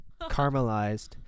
caramelized